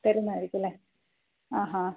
തരുന്നത് ആയിരിക്കുമല്ലേ ആ ഹാ